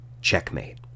checkmate